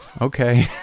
Okay